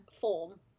form